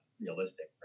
realistic